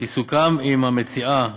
כי סוכם עם המציעה,